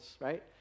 right